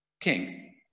king